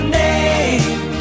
name